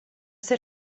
ser